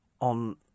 on